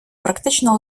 практично